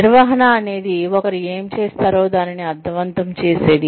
నిర్వహణ అనేది ఒకరు ఏమి చేస్తారో దానిని అర్ధవంతం చేసేది